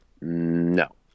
No